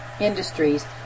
industries